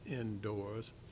indoors